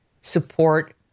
support